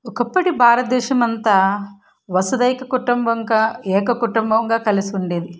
ఒకప్పటి భారత దేశం అంతా వసుదైక కుటుంబంగా ఏక కుటుంబంగా కలిసి ఉండేది